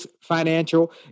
Financial